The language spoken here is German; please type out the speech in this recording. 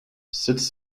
sitz